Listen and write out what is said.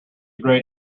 great